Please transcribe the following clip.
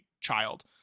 child